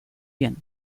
bien